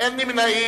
ואין נמנעים.